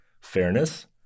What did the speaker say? fairness